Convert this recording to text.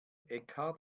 eckhart